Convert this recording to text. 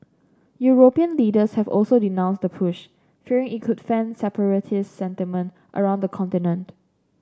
European leaders have also denounce the push fearing it could fan separatist sentiment around the continent